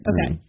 Okay